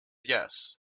jazz